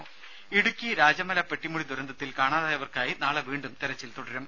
ദേദ ഇടുക്കി രാജമല പെട്ടിമുടി ദുരന്തത്തിൽ കാണാതായവർക്കായി നാളെ വീണ്ടും തെരച്ചിൽ തുടരും